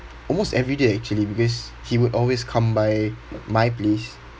almost every day actually because he would always come by my place